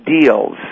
deals